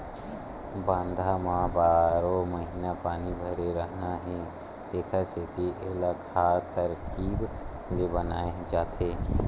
बांधा म बारो महिना पानी भरे रहना हे तेखर सेती एला खास तरकीब ले बनाए जाथे